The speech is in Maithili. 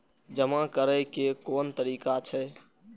जमा करै के कोन तरीका छै?